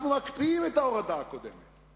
אנחנו מקפיאים את ההורדה הקודמת.